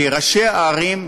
כי ראשי הערים,